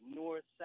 north